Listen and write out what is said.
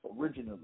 originally